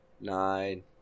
nine